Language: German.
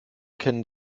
kennen